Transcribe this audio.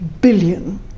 billion